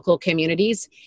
communities